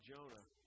Jonah